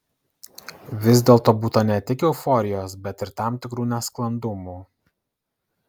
vis dėlto būta ne tik euforijos bet ir tam tikrų nesklandumų